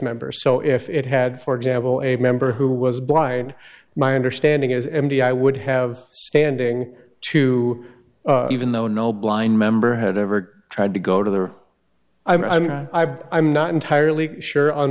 members so if it had for example a member who was blind my understanding is m d i would have standing to even though no blind member had ever tried to go to the er i mean i'm not entirely sure on